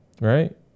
Right